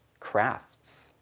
crafts.